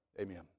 amen